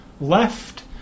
left